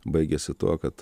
baigiasi tuo kad